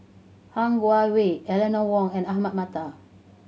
Han Guangwei Eleanor Wong and Ahmad Mattar